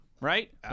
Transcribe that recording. right